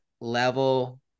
level